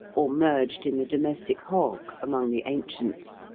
or merged in the domestic hog among the ancients,